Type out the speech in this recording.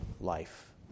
life